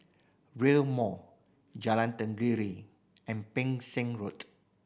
Rail Mall Jalan Tenggiri and Ping Sing Road